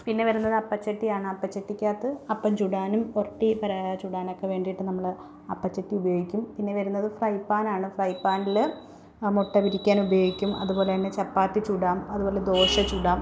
പിന്നെ വരുന്നത് അപ്പച്ചട്ടിയാണ് അപ്പച്ചട്ടിക്കകത്ത് അപ്പം ചുടാനും ഒറട്ടി വ ചുടാനൊക്കെ വേണ്ടിയിട്ട് നമ്മൾ അപ്പച്ചട്ടി ഉപയോഗിക്കും പിന്നെ വരുന്നത് ഫ്രൈ പ്പാനാണ് ഫ്രൈ പ്പാനിൽ മുട്ട വിരിക്കാനും ഉപയോഗിക്കും അതുപോലെ തന്നെ ചപ്പാത്തി ചുടാം അതുപോലെ ദോശ ചുടാം